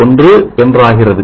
051 என்றாகிறது